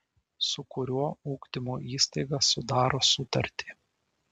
su kuriuo ugdymo įstaiga sudaro sutartį